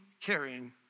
carrying